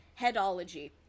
Headology